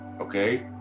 okay